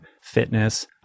fitness